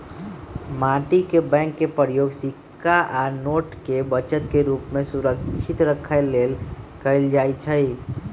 माटी के बैंक के प्रयोग सिक्का आ नोट के बचत के रूप में सुरक्षित रखे लेल कएल जाइ छइ